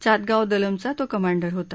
चातगाव दलमचा तो कमांडर होता